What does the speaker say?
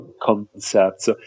concepts